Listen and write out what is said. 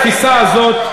התפיסה הזאת,